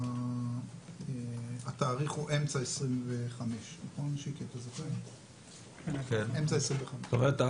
התאריך הוא אמצע 2025. זאת אומרת,